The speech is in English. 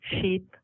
sheep